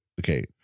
Okay